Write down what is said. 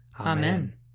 Amen